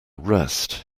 rest